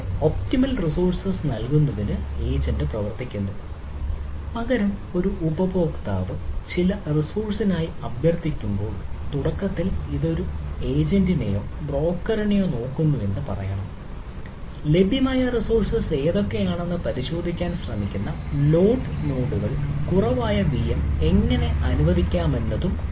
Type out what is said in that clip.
ഒപ്റ്റിമലിന് എങ്ങനെ അനുവദിക്കാമെന്നും അങ്ങനെ അങ്ങനെ